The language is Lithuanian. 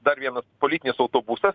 dar vienas politinis autobusas